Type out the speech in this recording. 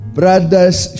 brother's